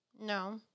No